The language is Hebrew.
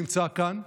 שנמצא כאן,